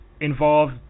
involved